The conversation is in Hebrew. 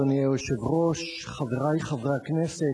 אדוני היושב-ראש, חברי חברי הכנסת,